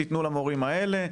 תיתנו למורים האלה,